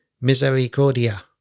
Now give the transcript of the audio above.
Misericordia